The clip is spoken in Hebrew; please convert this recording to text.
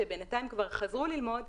שבינתיים כבר חזרו ללמוד,